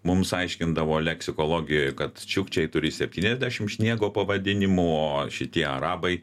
mums aiškindavo leksikologijoj kad čiukčiai turi septyniasdešim sniego pavadinimų o šitie arabai